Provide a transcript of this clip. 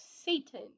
Satan